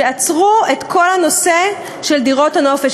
שעצרו את כל הנושא של דירות הנופש.